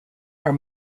are